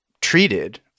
treated